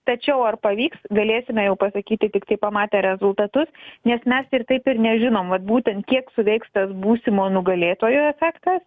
tačiau ar pavyks galėsime jau pasakyti tiktai pamatę rezultatus nes mes ir taip ir nežinom vat būtent kiek suveiks tas būsimojo nugalėtojo efektas